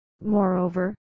Moreover